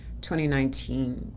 2019